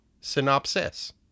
Synopsis